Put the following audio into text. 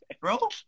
Bro